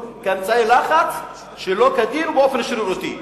כאמצעי לחץ שלא כדין ובאופן שרירותי,